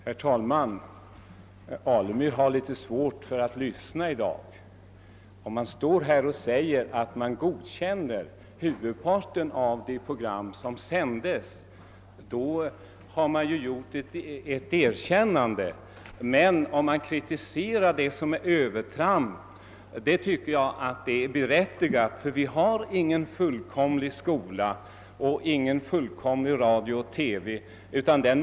Herr talman! Herr Alemyr har litet svårt för att lyssna i dag. Om man står här och säger att man godtar huvudparten av de program som sänds innebär det ett erkännande åt verksamheten. Men det är också berättigat att kritisera det man anser vara ett övertramp. Vi har ingen fullkomlig skola och ingen fullkomlig radio och TV. Skolan.